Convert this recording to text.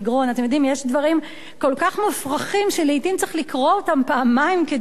יש דברים כל כך מופרכים שלעתים צריך לקרוא אותם פעמיים כדי להאמין.